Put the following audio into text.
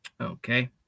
Okay